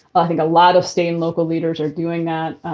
i think a lot of state and local leaders are doing that.